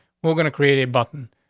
we're going to create a button.